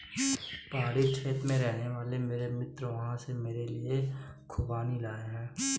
पहाड़ी क्षेत्र में रहने वाला मेरा मित्र वहां से मेरे लिए खूबानी लाया